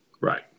Right